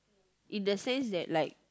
in the sense that like